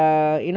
ya